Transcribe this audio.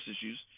issues